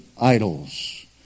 idols